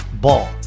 Ball